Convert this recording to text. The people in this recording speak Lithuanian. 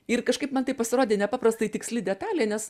ir kažkaip man tai pasirodė nepaprastai tiksli detalė nes